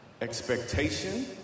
Expectation